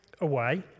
away